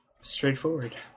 Straightforward